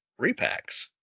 repacks